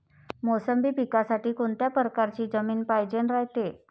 मोसंबी पिकासाठी कोनत्या परकारची जमीन पायजेन रायते?